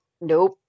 nope